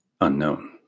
Unknown